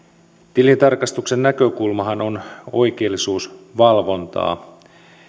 tilintarkastuksen näkökulmahan on oikeellisuusvalvontaa